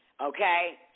Okay